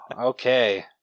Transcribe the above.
okay